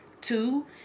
Two